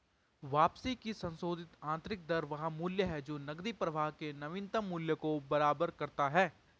वापसी की संशोधित आंतरिक दर वह मूल्य है जो नकदी प्रवाह के नवीनतम मूल्य को बराबर करता है